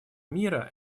мира